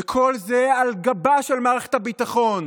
וכל זה על גבה של מערכת הביטחון,